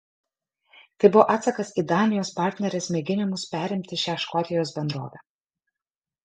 tai buvo atsakas į danijos partnerės mėginimus perimti šią škotijos bendrovę